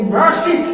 mercy